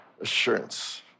assurance